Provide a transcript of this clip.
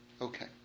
Okay